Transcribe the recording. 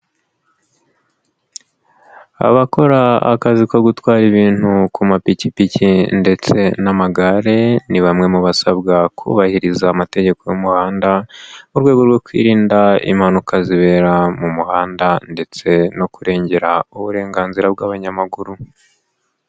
Abakora akazi ko gutwara ibintu ku mapikipiki ndetse n'amagare ni bamwe mu basabwa kubahiriza amategeko y'umuhanda mu rwego rwo kwirinda impanuka zibera mu muhanda ndetse no kurengera uburenganzira bw'abanyamaguru.